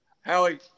Howie